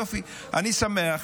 יופי, אני שמח.